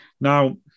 Now